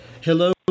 Hello